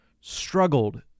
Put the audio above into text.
struggled